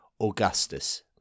Augustus